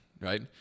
right